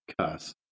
cuss